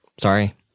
Sorry